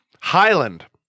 Highland